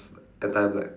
the tablet